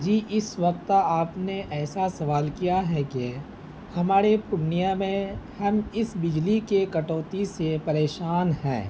جی اس وقت کا آپ نے ایسا سوال کیا ہے کہ ہمارے پورنیہ میں ہم اس بجلی کے کٹوتی سے پریشان ہیں